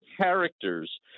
characters